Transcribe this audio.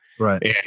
Right